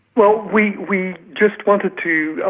well, we we just wanted to, ah